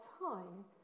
time